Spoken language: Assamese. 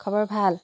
খবৰ ভাল